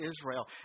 Israel